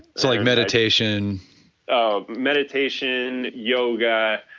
so like meditation ah meditation, yoga,